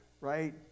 right